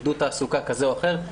עידוד תעסוקה כזה או אחר,